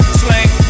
slang